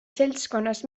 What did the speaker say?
seltskonnas